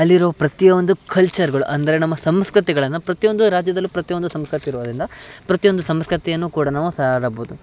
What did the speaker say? ಅಲ್ಲಿರುವ ಪ್ರತಿಯೊಂದು ಕಲ್ಚರ್ಗಳು ಅಂದರೆ ನಮ್ಮ ಸಂಸ್ಕೃತಿಗಳನ್ನು ಪ್ರತಿಯೊಂದು ರಾಜ್ಯದಲ್ಲೂ ಪ್ರತಿಯೊಂದು ಸಂಸ್ಕೃತಿ ಇರೋದರಿಂದ ಪ್ರತಿಯೊಂದು ಸಂಸ್ಕೃತಿಯನ್ನು ಕೂಡ ನಾವು ಸಾರಬೋದು